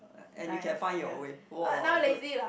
and you can find your way !wah! good